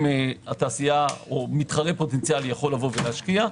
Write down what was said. התעשייה או מתחרה פוטנציאלי יכול להשקיע,